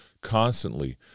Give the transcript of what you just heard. constantly